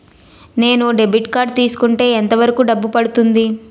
నేను debit card తీసుకుంటే ఎంత వరకు డబ్బు పడుతుంది?